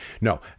no